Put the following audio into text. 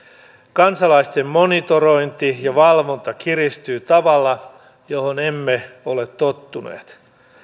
kansalaisten monitorointi ja valvonta kiristyy tavalla johon emme ole tottuneet